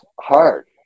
hard